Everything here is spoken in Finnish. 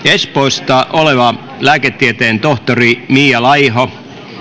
espoosta oleva lääketieteen tohtori mia laiho